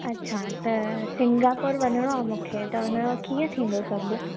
अच्छा त सिंगापुर वञिणो आहे मूंखे त इनजो कीअं थींदो सभु